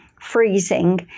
freezing